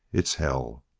it's hell!